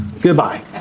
goodbye